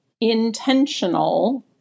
intentional